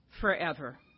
forever